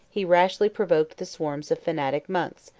he rashly provoked the swarms of fanatic monks,